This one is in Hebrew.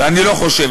ואני לא חושב